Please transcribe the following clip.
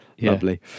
Lovely